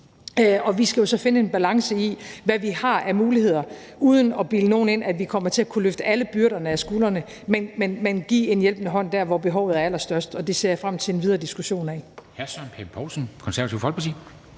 Vi skal jo så finde en balance i, hvad vi har af muligheder, uden at bilde nogen ind, at vi kommer til at kunne løfte alle byrderne af deres skuldre, men så vi kan give en hjælpende hånd der, hvor behovet er allerstørst, og det ser jeg frem til en videre diskussion af.